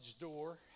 door